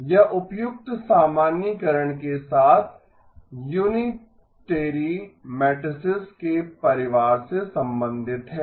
यह उपयुक्त सामान्यीकरण के साथ यूनितेरी मैट्रिसैस के परिवार से संबंधित है